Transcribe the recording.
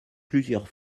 plusieurs